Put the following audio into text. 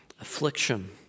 affliction